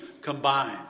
combined